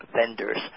vendors